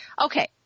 Okay